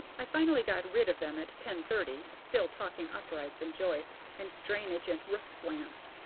i finally got rid of them at ten-thirty, still talking uprights and joists and drainage and roof slants.